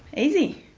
easy.